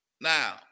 Now